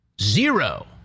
zero